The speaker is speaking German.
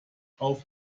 auf